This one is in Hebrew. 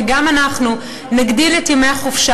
וגם אנחנו נגדיל את ימי החופשה.